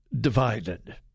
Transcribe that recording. divided